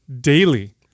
daily